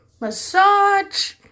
massage